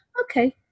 okay